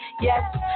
yes